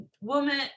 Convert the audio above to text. woman